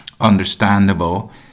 understandable